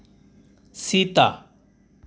ᱥᱮᱛᱟ